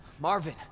Marvin